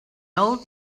old